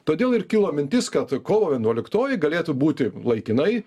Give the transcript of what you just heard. todėl ir kilo mintis kad kovo vienuoliktoji galėtų būti laikinai